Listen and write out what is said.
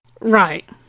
Right